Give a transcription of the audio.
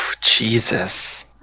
Jesus